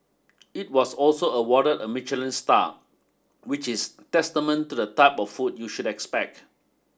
it was also awarded a Michelin Star which is testament to the type of food you should expect